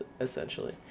essentially